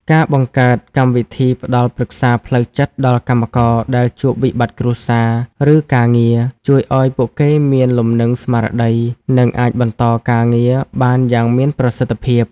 ការបង្កើតកម្មវិធីផ្តល់ប្រឹក្សាផ្លូវចិត្តដល់កម្មករដែលជួបវិបត្តិគ្រួសារ ឬការងារ ជួយឱ្យពួកគេមានលំនឹងស្មារតី និងអាចបន្តការងារបានយ៉ាងមានប្រសិទ្ធភាព។